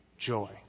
Joy